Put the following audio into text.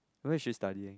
where is she studying